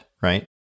right